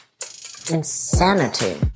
Insanity